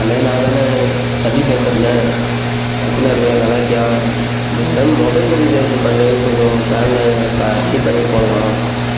அண்ணே நான் தாண்ணே தம்பி பேசுகிறேண்ண எப்புடிணா இருக்க நல்லாருக்கியா அண்ணா மொபைலு ரீசார்ஜு பண்ணுறது கொஞ்சம் ப்ளானில் கம்மிப் பண்ணிப் போடலாம்